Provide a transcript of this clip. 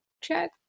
check